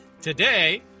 Today